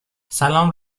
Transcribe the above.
سلام